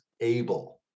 able